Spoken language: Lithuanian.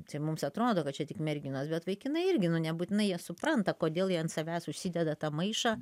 čia mums atrodo kad čia tik merginos bet vaikinai irgi nu nebūtinai jie supranta kodėl jie ant savęs užsideda tą maišą